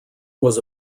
was